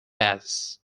bass